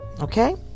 Okay